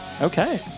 Okay